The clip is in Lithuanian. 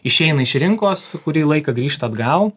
išeina iš rinkos kurį laiką grįžta atgal